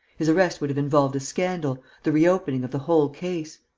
his arrest would have involved a scandal, the reopening of the whole case.